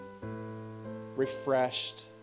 refreshed